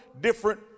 different